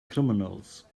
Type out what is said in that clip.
criminals